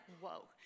whoa